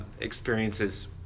experiences